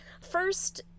First